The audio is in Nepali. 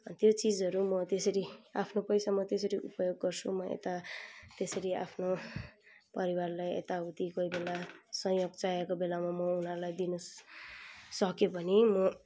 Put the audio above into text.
त्यो चिजहरू म त्यसरी आफ्नो पैसा म त्यसरी उपयोग गर्छु म यता त्यसरी आफ्नो परिवारलाई यताउति कोही बेला सहयोग चाहेको बेलामा म उनीहरूलाई दिनु सक्यो भने म